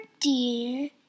dear